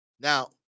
now